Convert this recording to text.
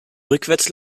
rückwärts